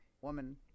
woman